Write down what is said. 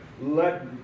let